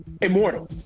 immortal